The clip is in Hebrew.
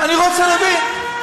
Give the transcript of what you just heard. אני רוצה להבין.